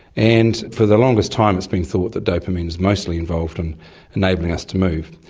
and for the longest time it's been thought that dopamine's mostly involved in enabling us to move.